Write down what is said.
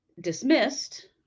dismissed